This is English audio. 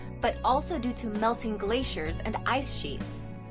but also due to melting glaciers and ice sheets.